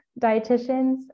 dietitians